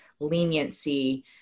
leniency